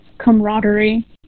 camaraderie